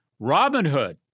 Robinhood